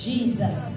Jesus